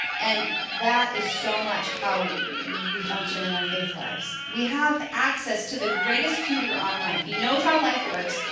and that is so much how we function in our faith lives. we have access to the greatest tutor on life. he knows how life works,